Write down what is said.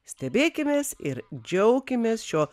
stebėkimės ir džiaukimės šio